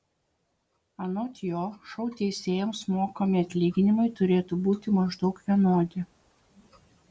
anot jo šou teisėjams mokami atlyginimai turėtų būti maždaug vienodi